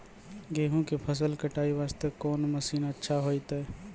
गेहूँ के फसल कटाई वास्ते कोंन मसीन अच्छा होइतै?